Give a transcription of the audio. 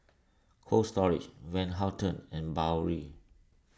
Cold Storage Van Houten and Biore